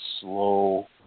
slow